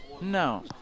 No